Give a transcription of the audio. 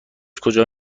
کجا